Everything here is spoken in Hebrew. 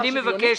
אני מבקש,